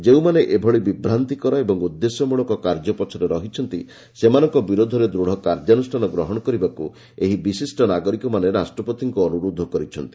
ଯେଉଁମାନେ ଏଭଳି ବିଭ୍ରାନ୍ତିକର ଏବଂ ଉଦ୍ଦେଶ୍ୟ ମୂଳକ କାର୍ଯ୍ୟ ପଛରେ ରହିଛନ୍ତି ସେମାନଙ୍କ ବିରୋଧରେ ଦୂଢ଼ କାର୍ଯ୍ୟାନୁଷ୍ଠାନ ଗ୍ରହଣ କରିବାକୁ ଏହି ବିଶିଷ୍ଟ ନାଗରିକମାନେ ରାଷ୍ଟ୍ରପତିଙ୍କୁ ଅନୁରୋଧ କରିଛନ୍ତି